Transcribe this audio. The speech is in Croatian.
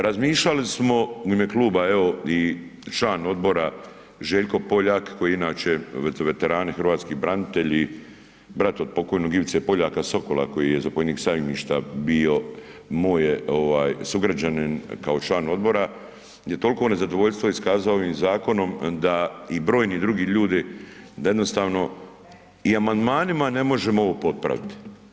Razmišljali smo, u ime Kluba evo i član Odbora Željko Poljak koji je inače, veterani, hrvatski branitelji, brat od pokojnog Ivice Poljaka Sokola koji je zapovjednik Sajmišta bio moj je sugrađanin kao član Odbora je toliko nezadovoljstva iskazao ovim zakonom da i brojni drugi ljudi da jednostavno i amandmanima ne možemo ovo popraviti.